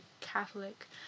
Catholic